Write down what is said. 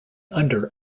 under